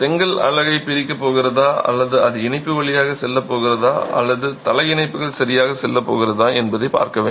செங்கல் அலகைப் பிரிக்கப் போகிறதா அல்லது அது இணைப்பு வழியாகச் செல்லப் போகிறதா அல்லது தலை இணைப்புகள் சரியாகச் செல்லப் போகிறதா என்பதை பார்க்க வேண்டும்